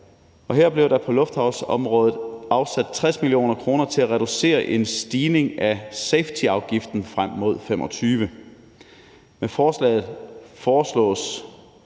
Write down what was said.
her blev der på luftfartsområdet afsat 60 mio. kr. til at reducere en stigning af safetyafgiften frem mod 2025. Med forslaget foreslås